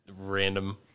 random –